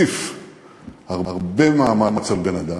מציף הרבה מאמץ על בן-אדם,